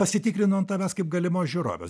pasitikrinu ant tavęs kaip galimos žiūrovės